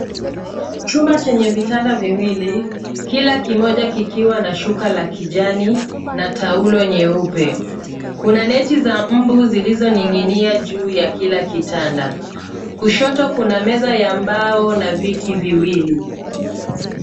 Chumba chenye vitanda viwili, kila kimoja kikiwa na shuka la kijani na taulo nyeupe. Kuna neti za mbu zilizoning'inia juu ya kila kitanda. Kushoto kuna meza ya mbao na viti viwili.